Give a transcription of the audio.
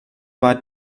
war